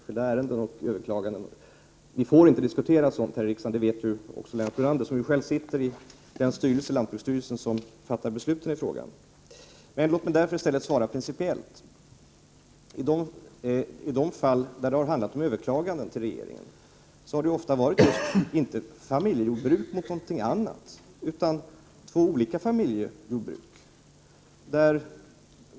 Herr talman! Som Lennart Brunander väl vet är jag förhindrad att från regeringshåll uttala mig här i riksdagen om enskilda ärenden och överklaganden. Vi får inte diskutera sådana frågor här i riksdagen, och det vet Lennart Brunander som själv sitter i lantbruksstyrelsen som fattar beslut i frågan. Låt mig därför svara principiellt. I de fall då det har handlat om överklaganden till regeringen har det ofta inte varit fråga om familjejordbruk gentemot något annat, utan det har varit fråga om två olika familjejordbruk.